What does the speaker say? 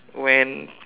when